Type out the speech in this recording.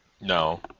No